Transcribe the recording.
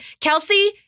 Kelsey